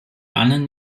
ahnen